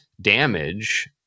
damage